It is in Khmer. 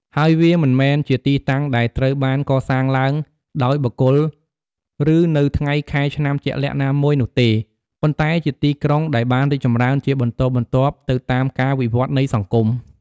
ហើយវាមិនមែនជាទីតាំងដែលត្រូវបានកសាងឡើងដោយបុគ្គល ឬនៅថ្ងៃខែឆ្នាំជាក់លាក់ណាមួយនោះទេ ប៉ុន្តែជាទីក្រុងដែលបានរីកចម្រើនជាបន្តបន្ទាប់ទៅតាមការវិវត្តនៃសង្គម។